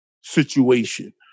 situation